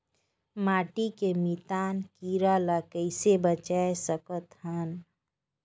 माटी के मितान कीरा ल कइसे बचाय सकत हन?